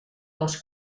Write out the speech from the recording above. les